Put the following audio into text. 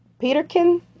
Peterkin